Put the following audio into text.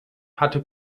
hatte